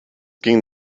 ging